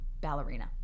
ballerina